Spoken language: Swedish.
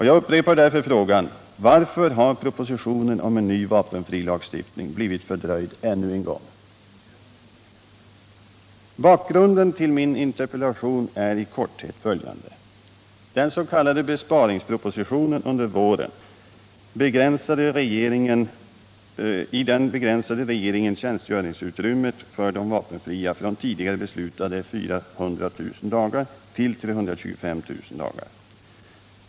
Jag upprepar därför frågan: Varför har propositionen om en ny va penfrilag blivit fördröjd ännu en gång? Bakgrunden till min interpellation är i korthet följande: I den s.k. besparingspropositionen under våren begränsade regeringen tjänstgöringsutrymmet för vapenfria från tidigare beslutade 400 000 dagar till 325 000 dagar.